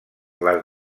les